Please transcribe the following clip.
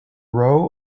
row